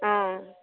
অঁ